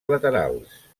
laterals